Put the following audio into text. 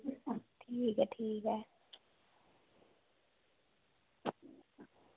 ठीक ऐ ठीक ऐ